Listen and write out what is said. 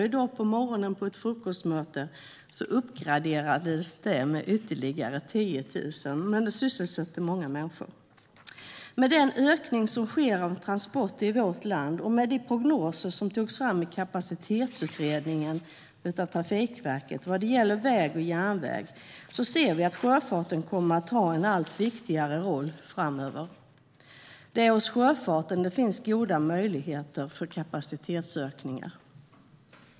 I dag på morgonen på ett frukostmöte i riksdagen uppgraderades det med ytterligare 10 000. Det är många människor som sysselsätts. Med den ökning som sker av transporter i vårt land och med de prognoser som togs fram av Trafikverket i Kapacitetsutredningen vad gäller väg och järnväg ser vi att sjöfarten kommer att ha en allt viktigare roll framöver. Det är hos sjöfarten det finns goda möjligheter för kapacitetsökningar.